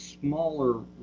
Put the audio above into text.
smaller